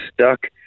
stuck